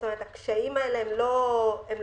הקשיים האלה הם לא בכדי.